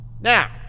Now